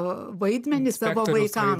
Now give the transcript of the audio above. vaidmenį savo vaikam